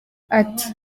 ati